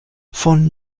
von